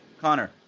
connor